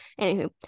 Anywho